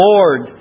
Lord